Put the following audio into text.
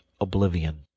oblivion